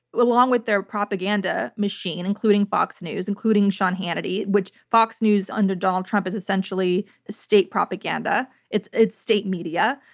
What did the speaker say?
along with their propaganda machine including fox news, including sean hannity, which fox news under donald trump is essentially state propaganda, it's it's state media.